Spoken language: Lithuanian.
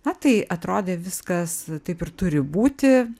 na tai atrodė viskas taip ir turi būti